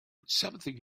something